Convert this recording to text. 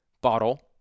bottle